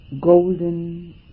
golden